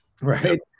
right